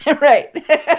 right